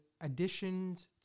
additions